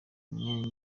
mwanya